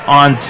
on